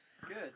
Good